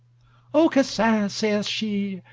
aucassin, saith she,